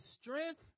strength